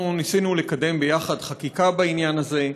ניסינו לקדם ביחד חקיקה בעניין הזה.